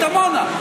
עמונה.